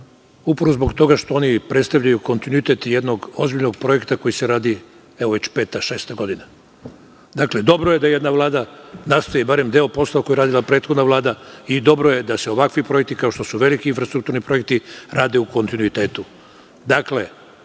upravo zbog toga što oni predstavljaju kontinuitet jednog ozbiljnog projekta koji se radi već peta, šesta godina. Dobro je da jedna Vlada nastavi barem deo posla koji je radila prethodna Vlada i dobro je da se ovakvi projekti, kao što se veliki infrastruktuni projekti, rade u kontinuitetu. Dakle,